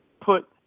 put